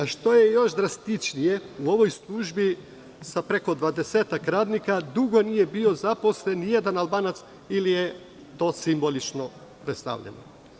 Još drastičnije je to što u ovoj službi sa preko dvadesetak radnika dugo nije bio zaposlen ni jedan Albanac ili je to simbolično predstavljeno.